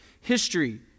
History